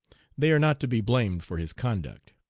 they are not to be blamed for his conduct.